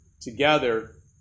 together